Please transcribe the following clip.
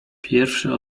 pierwszy